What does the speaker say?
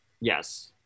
Yes